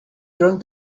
drank